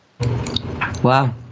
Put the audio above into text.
Wow